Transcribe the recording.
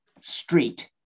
street